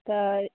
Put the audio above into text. तऽ